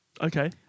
okay